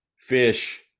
fish